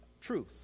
truth